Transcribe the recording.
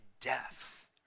death